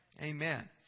Amen